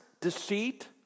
deceit